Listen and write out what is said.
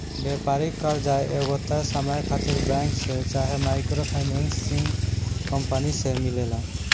व्यापारिक कर्जा एगो तय समय खातिर बैंक से चाहे माइक्रो फाइनेंसिंग कंपनी से मिलेला